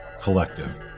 Collective